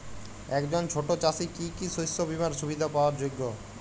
একজন ছোট চাষি কি কি শস্য বিমার সুবিধা পাওয়ার যোগ্য?